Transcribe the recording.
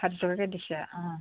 ষাঠি টকাকৈ দিছা অঁ